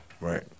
right